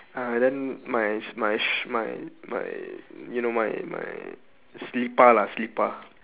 uh then my s~ my sh~ my my you know my my selipar lah selipar